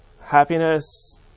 happiness